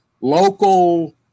local